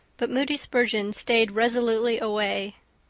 but moody spurgeon stayed resolutely away.